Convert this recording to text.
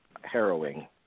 harrowing